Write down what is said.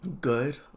Good